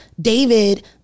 David